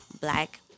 Black